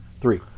Three